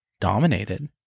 dominated